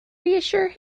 reassure